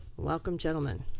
welcome gentlemen.